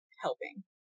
helping